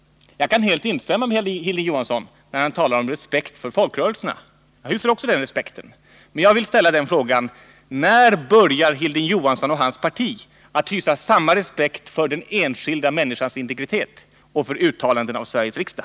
Jag kan helt instämma med Hilding Johansson när han talar om respekt för folkrörelserna. Även jag hyser den respekten, men jag vill fråga: När börjar Hilding Johansson och hans parti att hysa samma respekt för den enskilda människans integritet och för uttalanden av Sveriges riksdag?